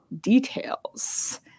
details